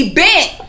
bent